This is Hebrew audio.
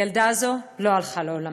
הילדה הזאת לא הלכה לעולמה.